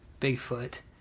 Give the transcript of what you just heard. Bigfoot